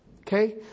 okay